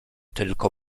tylko